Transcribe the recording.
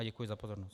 Děkuji za pozornost.